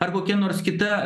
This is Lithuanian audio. ar kokia nors kita